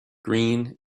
green